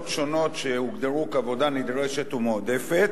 שונות שהוגדרו עבודה נדרשת או מועדפת,